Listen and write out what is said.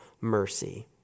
mercy